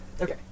Okay